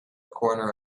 corner